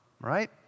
right